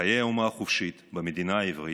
חיי אומה חופשית במדינה העברית,